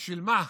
בשביל מה?